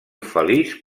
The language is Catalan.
feliç